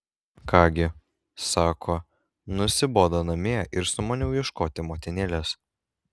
ką gi sako nusibodo namie ir sumaniau ieškoti motinėlės